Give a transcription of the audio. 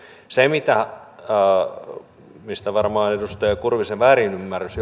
se mistä varmaan edustaja kurvisen väärinymmärrys